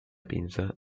pinza